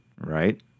right